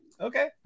okay